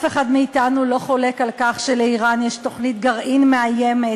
אף אחד מאתנו לא חולק על כך שלאיראן יש תוכנית גרעין מאיימת,